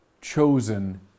chosen